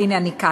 והנה אני כאן.